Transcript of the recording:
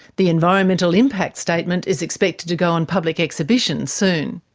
the environmental impact statement is expected to go on public exhibition soon.